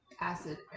acid